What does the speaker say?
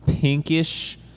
pinkish